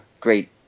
great